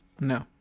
No